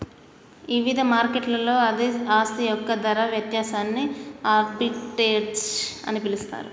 ఇవిధ మార్కెట్లలో అదే ఆస్తి యొక్క ధర వ్యత్యాసాన్ని ఆర్బిట్రేజ్ అని పిలుస్తరు